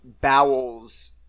bowels